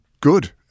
good